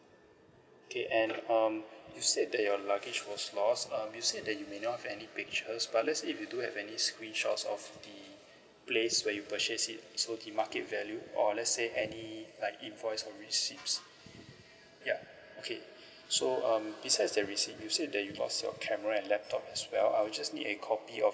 okay and um you said that your luggage was lost um you said that you may not have any pictures but let's say if you do have any screenshots of the place where you purchase it so the market value or let's say any like invoice or receipts yup okay so um besides your receipt you said that you lost your camera and laptop as well I will just need a copy of